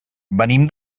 venim